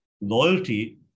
loyalty